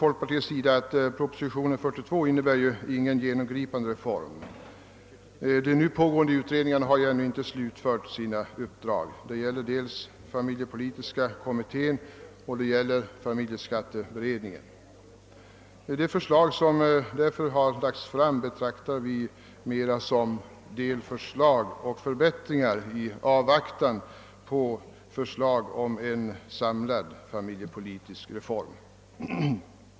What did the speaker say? Folkpartiet anser att propositionen nr 42 inte innebär någon genomgripande reform. De nu pågående utredningarna har ännu inte slutfört sina uppdrag — det gäller både familjepolitiska kommittén och familjeskatteberedningen, De förslag som lagts fram betraktar vi därför mera som delförslag och förbättringar i avvaktan på förslag om en samlad familjepolitisk reform.